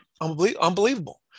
unbelievable